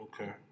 Okay